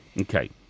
okay